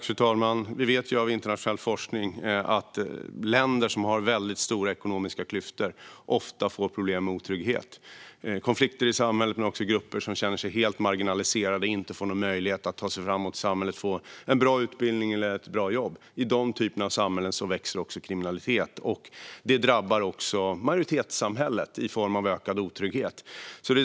Fru talman! Vi vet av internationell forskning att länder som har stora ekonomiska klyftor ofta får problem med otrygghet, konflikter i samhället och grupper som känner sig helt marginaliserade och inte får möjlighet att ta sig framåt i samhället genom bra utbildning och bra jobb. I sådana samhällen växer också kriminaliteten, vilket drabbar majoritetssamhället i form av ökad otrygghet.